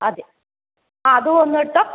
അതെ ആ അതും ഒന്നെടുത്തോ